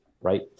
right